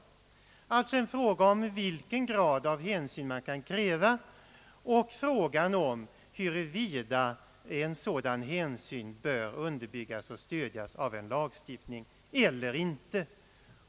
Det är alltså en fråga om vilken hänsyn man kan kräva och om en sådan hänsyn bör underbyggas och stödjas av en lagstiftning eller inte.